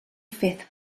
fifth